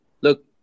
look